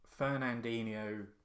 Fernandinho